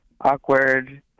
awkward